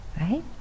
Right